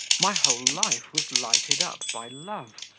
my whole life was lighted up by love,